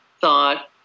thought